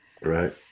right